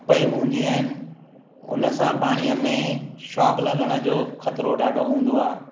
पई हूंदिंयूं उनसां पाणीअ में शॉकु लॻण जो ख़तिरो ॾाढो हूंदो आहे